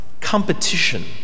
competition